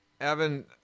Evan